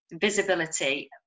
visibility